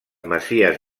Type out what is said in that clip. masies